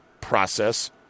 process